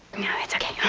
no, it's okay.